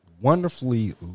wonderfully